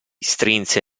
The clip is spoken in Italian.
strinse